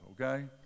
okay